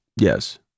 Yes